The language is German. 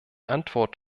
antwort